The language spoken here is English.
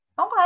Okay